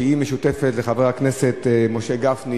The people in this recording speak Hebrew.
המשותפת לחברי הכנסת משה גפני,